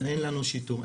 אין לנו שיטור.